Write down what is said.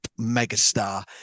megastar